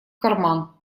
карман